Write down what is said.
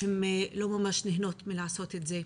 הן לא ממש נהנות מלעשות את זה.